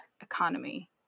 economy